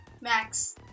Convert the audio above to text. Max